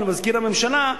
למזכיר הממשלה,